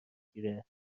گیره